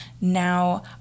now